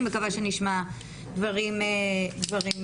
אני מקווה שנשמע דברים טובים.